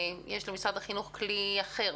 למשרד החינוך יש כלי אחר.